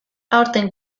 aurten